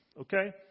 okay